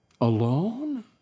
Alone